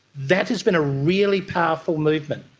that has been a really powerful movement.